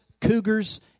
cougars